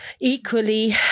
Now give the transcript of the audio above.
equally